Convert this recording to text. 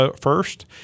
first